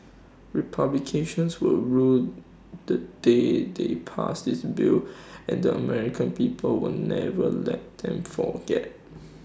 republicans will rue the day they passed this bill and the American people will never let them forget